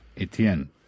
Etienne